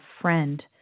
friend